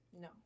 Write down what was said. No